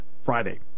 Friday